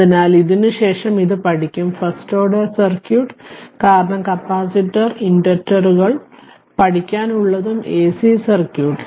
അതിനാൽ ഇതിനുശേഷം ഇത് പഠിക്കും ഫസ്റ്റ് ഓർഡർ സർക്യൂട്ട് കാരണം കപ്പാസിറ്റർ ഇൻഡക്റ്ററുകൾ പഠിക്കാൻ ഉള്ളതും എസി സർക്യൂട്ട്